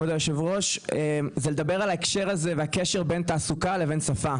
כבוד היושב-ראש לדבר על ההקשר והקשר בין תעסוקה לבין שפה.